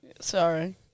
Sorry